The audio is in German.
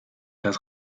das